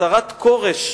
הצהרת כורש,